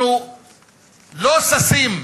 אנחנו לא ששים,